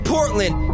Portland